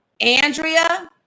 Andrea